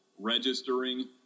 Registering